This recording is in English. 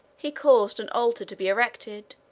he caused an altar to be erected,